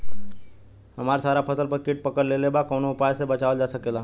हमर सारा फसल पर कीट पकड़ लेले बा कवनो उपाय से बचावल जा सकेला?